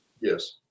Yes